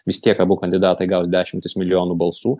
vis tiek abu kandidatai gaus dešimtis milijonų balsų